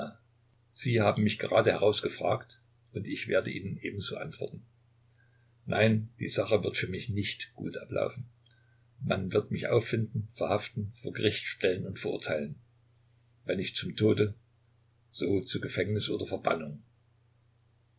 sie haben mich geradeheraus gefragt und ich werde ihnen ebenso antworten nein die sache wird für mich nicht gut ablaufen man wird mich auffinden verhaften vor gericht stellen und verurteilen wenn nicht zum tode so zu gefängnis oder verbannung